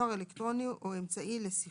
לענייני מצב